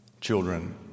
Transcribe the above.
children